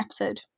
episode